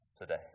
today